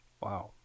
Wow